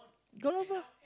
go over